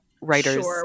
writers